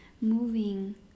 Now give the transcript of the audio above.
moving